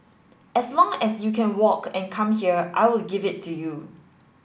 as long as you can walk and come here I will give it to you